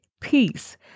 peace